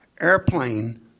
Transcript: airplane